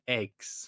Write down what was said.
eggs